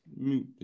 mute